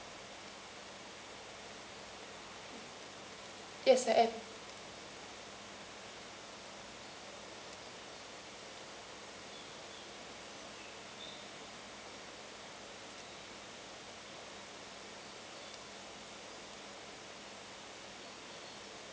yes I am